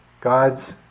God's